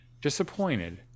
Disappointed